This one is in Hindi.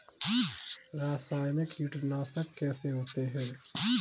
रासायनिक कीटनाशक कैसे होते हैं?